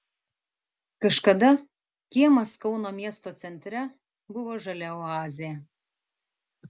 kažkada kiemas kauno miesto centre buvo žalia oazė